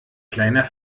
kleiner